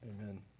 Amen